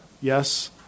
Yes